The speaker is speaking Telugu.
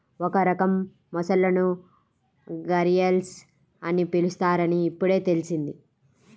ఒక రకం మొసళ్ళను ఘరియల్స్ అని పిలుస్తారని ఇప్పుడే తెల్సింది